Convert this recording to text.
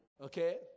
okay